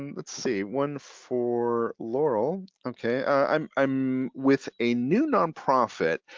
let's see one for laurel. okay, i'm i'm with a new nonprofit.